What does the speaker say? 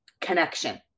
connection